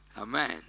Amen